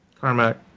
Carmack